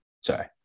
sorry